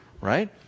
right